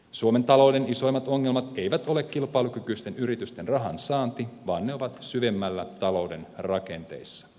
suomen talouden isoimmat ongelmat eivät ole kilpailukykyisten yritysten rahansaannissa vaan syvemmällä talouden rakenteissa